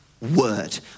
Word